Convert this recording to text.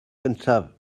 gyntaf